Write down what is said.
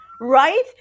right